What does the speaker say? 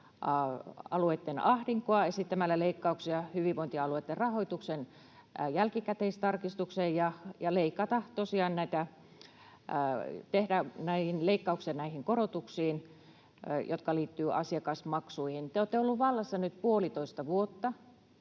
ahdinkoa esittämällä leikkauksia hyvinvointialueitten rahoituksen jälkikäteistarkistukseen ja tehdä tosiaan leikkauksia näihin korotuksiin, jotka liittyvät asiakasmaksuihin. Te olette olleet vallassa nyt puolitoista vuotta,